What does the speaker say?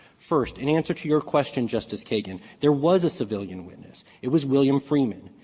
first, in answer to your question justice kagan, there was a civilian witness, it was william freeman,